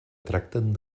tracten